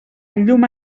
llum